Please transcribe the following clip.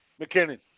mckinnon